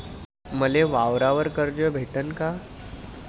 मले वावरावर कर्ज भेटन का?